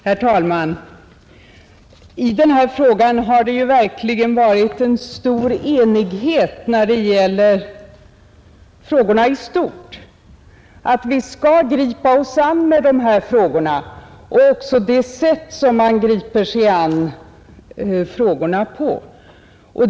Herr talman! Det har ju rått betydande enighet när det gäller de här frågorna i stort, nämligen om att vi skall gripa oss an med dessa frågor och också om det sätt på vilket vi skall gripa oss an dem.